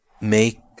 make